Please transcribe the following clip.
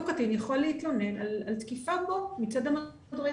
אותו קטין יכול להתלונן על תקיפה בו מצד המדריך.